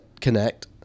connect